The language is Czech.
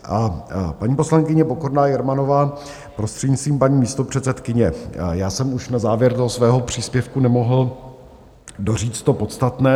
A paní poslankyně Pokorná Jermanová, prostřednictvím paní místopředsedkyně, já jsem už na závěr svého předchozího příspěvku nemohl doříct to podstatné.